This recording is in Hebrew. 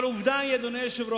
אבל עובדה היא, אדוני היושב-ראש: